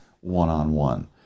one-on-one